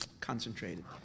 concentrated